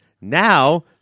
Now